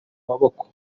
maboko